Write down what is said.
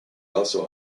also